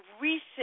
recent